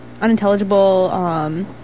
unintelligible